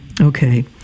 Okay